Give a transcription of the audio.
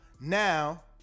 Now